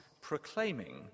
proclaiming